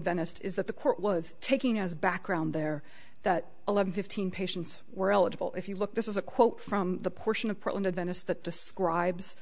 ventist is that the court was taking as background there that eleven fifteen patients were eligible if you look this is a quote from the portion of portland of venice that describes